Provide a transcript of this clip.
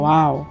Wow